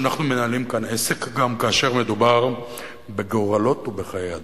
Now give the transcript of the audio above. שאנחנו מנהלים כאן עסק גם כאשר מדובר בגורלות ובחיי אדם.